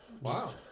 Wow